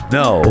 no